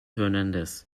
hernandez